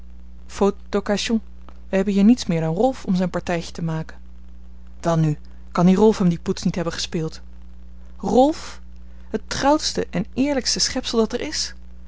wij hebben hier niets meer dan rolf om zijn partijtje te maken welnu kan die rolf hem die poets niet hebben gespeeld rolf het trouwste en eerlijkste schepsel dat er is